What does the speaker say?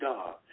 God